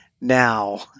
now